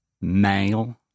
male